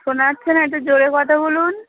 শোনা যাচ্ছে না একটু জোরে কথা বলুন